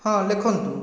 ହଁ ଲେଖନ୍ତୁ